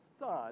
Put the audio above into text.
Son